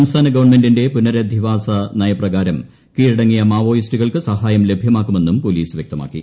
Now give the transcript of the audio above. സംസ്ഥാന ഗവൺമെന്റിന്റെ പുനരധിവാസ നയപ്രകാരം കീഴടങ്ങിയ മാവോയിസ്റ്റുകൾക്ക് സഹായം ലഭ്യമാക്കുമെന്നും പോലീസ് വൃക്തമാക്കി